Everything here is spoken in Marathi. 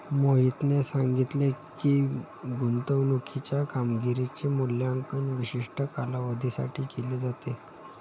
मोहितने सांगितले की, गुंतवणूकीच्या कामगिरीचे मूल्यांकन विशिष्ट कालावधीसाठी केले जाते